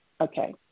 okay